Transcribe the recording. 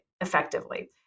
effectively